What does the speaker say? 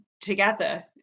together